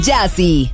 Jazzy